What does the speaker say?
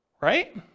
right